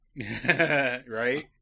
right